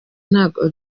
ntabwo